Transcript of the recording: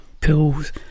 pills